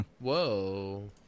Whoa